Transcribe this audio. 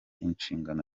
inshingano